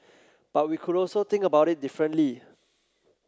but we could also think about it differently